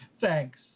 Thanks